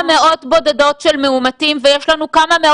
אם מקדם